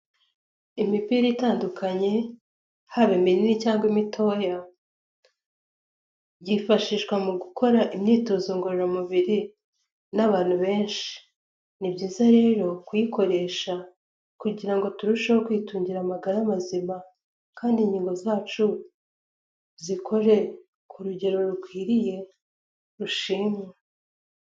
Imipira itandukanye haba iminini cyangwa imitoya yifashishwa mu gukora imyitozo ngororamubiri n'abantu benshi, ni byiza rero kuyikoresha kugira ngo turusheho kwitungira amagara mazima kandi ingingo zacu zikore ku rugero rukwiriye rushimwa.